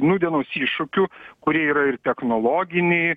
nūdienos iššūkių kurie yra ir technologiniai